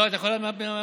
לא, את יכולה מהצד.